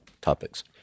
topics